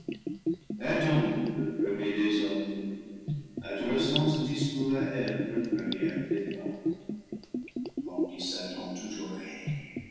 le premier des hommes adressant ce discours à eve la première des femmes rendit satan tout oreille